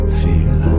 feel